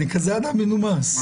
אני אדם מנומס.